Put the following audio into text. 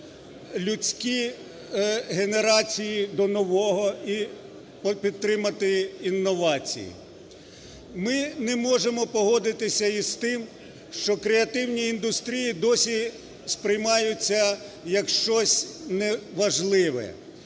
людські генерації до нового і підтримати інновації. Ми не можемо погодитися із тим, що креативні індустрії досі сприймаються як щось неважливе,